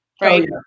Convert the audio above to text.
Right